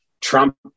Trump